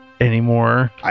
anymore